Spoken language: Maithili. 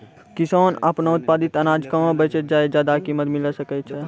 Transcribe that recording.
किसान आपनो उत्पादित अनाज कहाँ बेचतै जे ज्यादा कीमत मिलैल सकै छै?